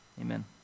Amen